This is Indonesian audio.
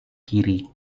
kiri